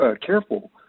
careful